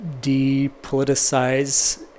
depoliticize